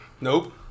Nope